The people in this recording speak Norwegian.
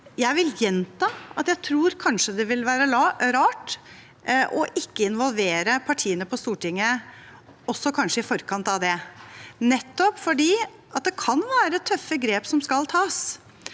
Jeg vil gjenta at jeg kanskje synes det vil være rart ikke å involvere partiene på Stortinget i forkant av det, nettopp fordi det kan være tøffe grep som skal tas.